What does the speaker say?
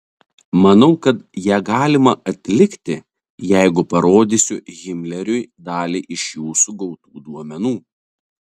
manau kad ją galima atlikti jeigu parodysiu himleriui dalį iš jūsų gautų duomenų